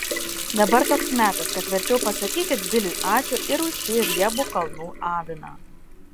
dabar toks metas kad verčiau pasakykit biliui ačiū ir už šį riebų kalnų aviną